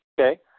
Okay